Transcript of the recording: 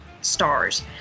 stars